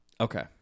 Okay